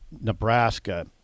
Nebraska